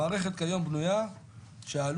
המערכת כיום בנויה שההלום,